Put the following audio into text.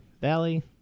valley